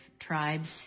tribes